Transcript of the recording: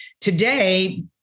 today